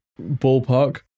ballpark